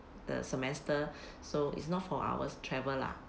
the semester so it's not for ours travel lah